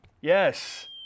yes